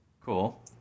Cool